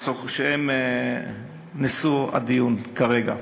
שהן נשוא הדיון כרגע,